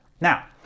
Now